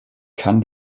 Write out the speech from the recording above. kann